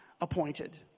appointed